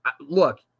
Look